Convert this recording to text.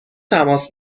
تماس